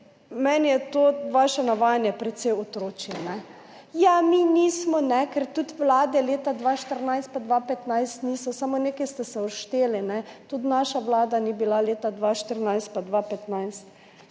meni je to vaše navajanje precej otročje: »Ja, mi nismo, ne, ker tudi vlade leta 2014 pa 2015 niso.« Samo pri nečem ste se ušteli, tudi naša vlada ni bila leta 2014 pa 2015.